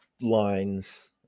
lines